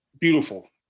beautiful